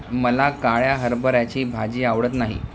मला काळ्या हरभऱ्याची भाजी आवडत नाही